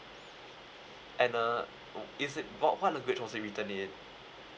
and uh is it what language was it written in